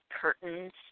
curtains